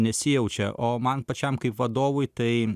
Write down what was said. nesijaučia o man pačiam kaip vadovui tai